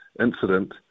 incident